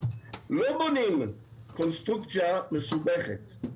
לא בונים קונסטרוקציה מסובכת.